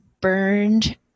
burned